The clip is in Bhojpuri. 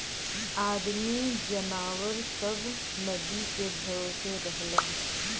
आदमी जनावर सब नदी के भरोसे रहलन